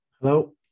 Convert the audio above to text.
Hello